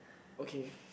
okay